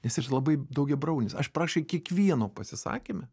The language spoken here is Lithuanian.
nes jis labai daugiabraunis aš prakškai kiekvieno pasisakyme